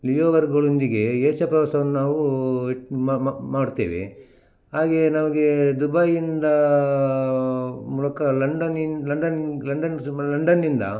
ಇಳೆಯವರ್ಗೊಳಿಂದಿಗೆ Asia ಪ್ರವಾಸವನ್ನು ನಾವು ಮಾಡ್ತೇವೆ ಹಾಗೆಯೇ ನಮ್ಗೆ ದುಬೈಯಿಂದ ಮೂಲಕ ಲಂಡನ್ನಿಂದ ಲಂಡನ್ ಲಂಡನ್ಸ್ ಮ ಲಂಡನ್ನಿಂದ